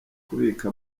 kubika